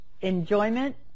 enjoyment